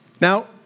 Now